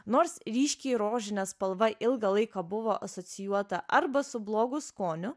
nors ryškiai rožinė spalva ilgą laiką buvo asocijuota arba su blogu skoniu